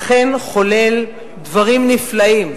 אכן חולל דברים נפלאים.